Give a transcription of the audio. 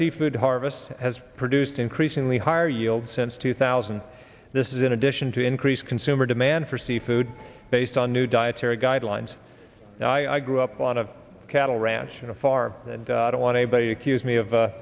seafood harvests has produced increasingly higher yields since two thousand this is in addition to increase consumer demand for seafood based on new dietary guidelines and i grew up on a cattle ranch in a far and i don't want anybody to accuse me of